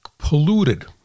polluted